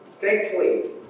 thankfully